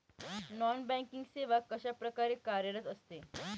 Non banking सेवा कशाप्रकारे कार्यरत असते?